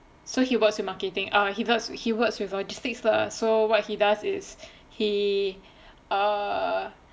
so he works with marketing err he works with logistics lah so what he does is he err